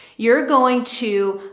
you're going to,